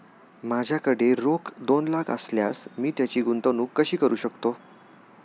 माझ्याकडे रोख दोन लाख असल्यास मी त्याची गुंतवणूक कशी करू शकतो?